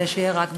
ושיהיה רק בהצלחה.